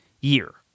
year